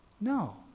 No